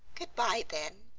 goodbye then,